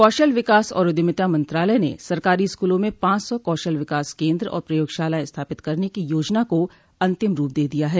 कौशल विकास और उद्यमिता मंत्रालय ने सरकारी स्कूलों म पांच सौ कौशल विकास केंद्र और प्रयोगशालाएं स्थापित करने की योजना को अंतिम रुप दे दिया है